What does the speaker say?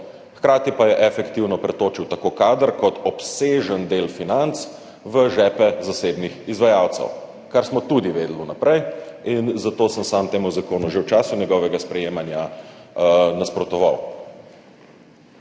hkrati pa je efektivno pretočil tako kader kot obsežen del financ v žepe zasebnih izvajalcev, kar smo tudi vedeli vnaprej. Zato sem sam temu zakonu že v času njegovega sprejemanja nasprotoval.